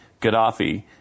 Gaddafi